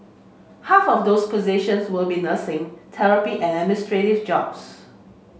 half of those positions will be nursing therapy and jobs